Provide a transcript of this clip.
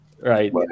Right